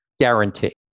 guarantee